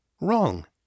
Wrong